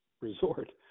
resort